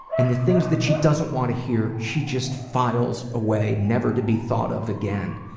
and the things that she doesn't want to hear she just files away never to be thought of again.